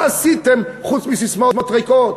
מה עשיתם חוץ מססמאות ריקות?